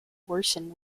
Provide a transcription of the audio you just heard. worsen